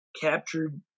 captured